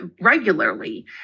regularly